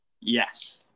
Yes